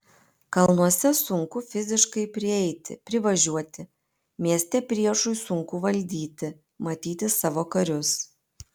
kalnuose sunku fiziškai prieiti privažiuoti mieste priešui sunku valdyti matyti savo karius